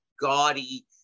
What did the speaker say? gaudy